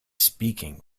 speaking